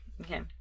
okay